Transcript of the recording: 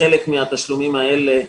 בחלק מהתשלומים האלה,